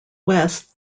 west